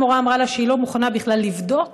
המורה אמרה לה שהיא לא מוכנה בכלל לבדוק